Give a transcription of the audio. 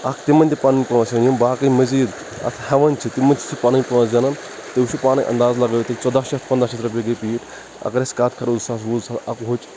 اَکھ تِمَن تہِ پَنٕنۍ پونٛسہٕ ہؠنۍ یِم باقٕے مٔزیٖد اَتھ ہیٚوان چھِ تِمَن چھِ سُہ پَنٕنۍ پونٛسہٕ زینان تُہۍ وُچھِو پانَے انٛداز لگٲیِو تُہۍ ژۄداہ شیٚتھ پنٛداہ شیٚتھ رُۄپیہِ گٔے پیٖٹۍ اَگر أسۍ کَتھ کَرو زٕ ساس وُہ زٕ ساس اَکہٕ وُہٕچ